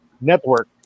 Network